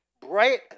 bright